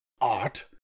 art